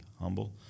humble